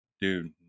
Dude